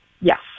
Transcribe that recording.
Yes